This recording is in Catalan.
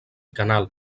canal